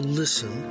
listen